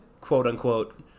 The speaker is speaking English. quote-unquote